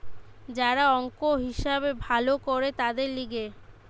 যারা অংক, হিসাব ভালো করে তাদের লিগে